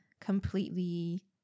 completely